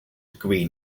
agree